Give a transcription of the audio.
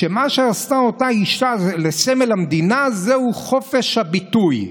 שמה שעשתה אותה אישה לסמל המדינה זהו חופש הביטוי.